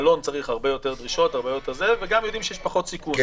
מלון צריך הרבה יותר דרישות וגם יודעים שיש פחות סיכון,